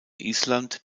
island